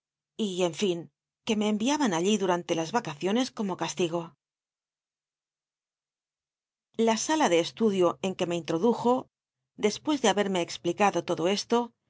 y en fin qu e rnc enviaban allí durante las vacaciones como casligo la sala de estudio en que me introdujo después de haberme ex plicado todo esto